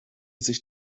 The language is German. sich